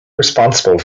responsible